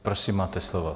Prosím, máte slovo.